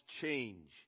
change